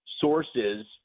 sources